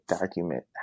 document